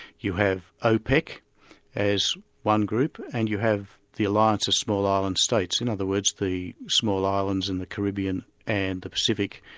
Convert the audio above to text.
you have opec as one group, and you have the alliance of small island states, in other words, the small islands in the caribbean and the pacific,